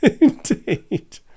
indeed